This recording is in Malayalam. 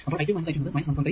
അപ്പോൾ I2 I2 എന്നത് 1